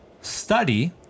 study